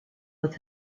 with